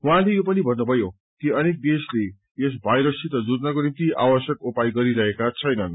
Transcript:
उहाँले यो पनि भन्नुभयो कि अनेक देशले यस वायरससित जुझ्नको निमित आवश्यक उपाय गरिरहेका छैनन्